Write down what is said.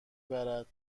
برد